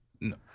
No